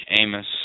Amos